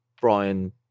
Brian